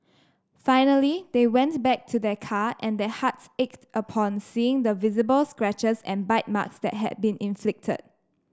finally they went back to their car and their hearts ached upon seeing the visible scratches and bite marks that had been inflicted